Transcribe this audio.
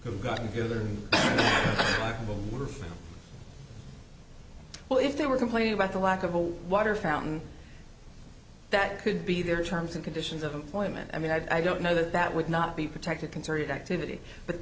have got together homework well if they were complaining about the lack of a water fountain that could be their terms and conditions of employment i mean i don't know that that would not be protected concerted activity but